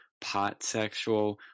potsexual